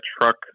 truck